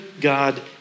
God